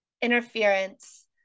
interference